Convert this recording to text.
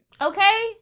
Okay